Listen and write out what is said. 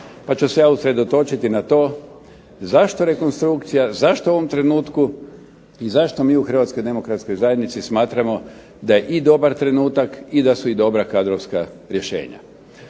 Pa ću se ja usredotočiti na to zašto rekonstrukcija, zašto u ovom trenutku i zašto mi u Hrvatskoj demokratskoj zajednici smatramo daje dobar trenutak i da su dobra kadrovska rješenja.